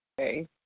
Okay